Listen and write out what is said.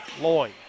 Loy